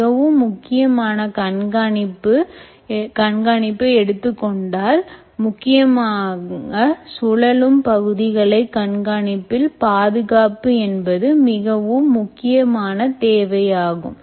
மிகவும் முக்கியமான கண்காணிப்பை எடுத்துக்கொண்டால் முக்கியமாக சூழலும் பகுதிகளை கண்காணிப்பில் பாதுகாப்பு என்பது மிகவும் முக்கியமான தேவையாகும்